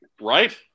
Right